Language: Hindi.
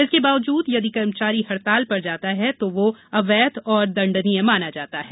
इसके बावजूद यदि कर्मचारी हड़ताल पर जाता है तो वह अवैध एवं दण्डनीय माना जाता है